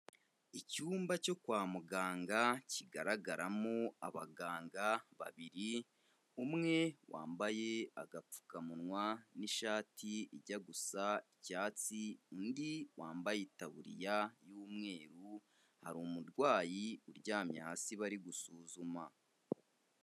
Icyumba cyo kwa muganga, kigaragaramo abaganga babiri, umwe wambaye agapfukamunwa n'ishati ijya gusa icyatsi, undi wambaye itaburiya y'umweru, hari umurwayi uryamye hasi bari gusuzuma.